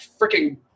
freaking